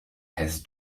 has